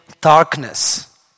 darkness